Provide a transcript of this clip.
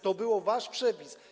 To był wasz przepis.